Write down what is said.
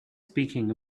speaking